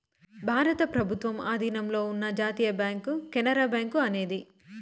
భారత ప్రభుత్వం ఆధీనంలో ఉన్న జాతీయ బ్యాంక్ కెనరా బ్యాంకు అనేది